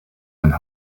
and